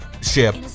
ship